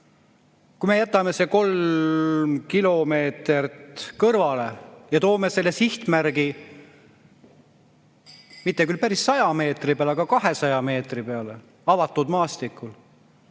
kui me jätame selle 3 kilomeetrit kõrvale ja toome sihtmärgi mitte küll päris 100 meetri peale, aga 200 meetri peale, avatud maastikul,